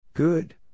Good